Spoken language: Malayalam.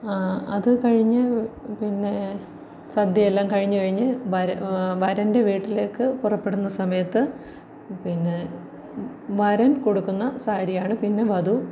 ആ അത് കഴിഞ്ഞ് പിന്നെ സദ്യയെല്ലാം കഴിഞ്ഞ് കഴിഞ്ഞ് വരൻ വരൻ്റെ വീട്ടിലേക്ക് പുറപ്പെടുന്ന സമയത്ത് പിന്നെ വരൻ കൊടുക്കുന്ന സാരിയാണ് പിന്നെ വധു